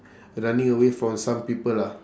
running away from some people ah